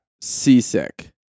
seasick